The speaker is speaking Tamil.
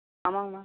ஆமாங்க மேம்